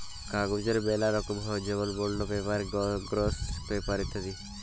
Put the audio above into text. কাগজের ম্যালা রকম হ্যয় যেমল বন্ড পেপার, গ্লস পেপার ইত্যাদি